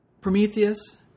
Prometheus